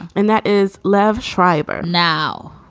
and that is liev schreiber now,